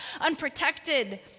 unprotected